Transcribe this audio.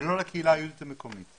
ולא לקהילה היהודית המקומית.